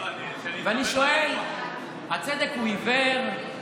ואני שואל, הצדק הוא עיוור?